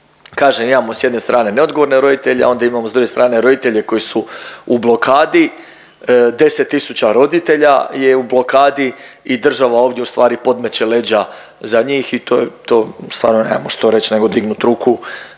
kažem imamo s jedne strane neodgovorne roditelje, a onda imamo s druge strane roditelje koji su u blokadi 10 tisuća roditelja je u blokadi i država ovdje u stvari podmeće leđa za njih i to, to stvarno nemamo što reć nego dignut ruku